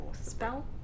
spell